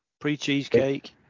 pre-cheesecake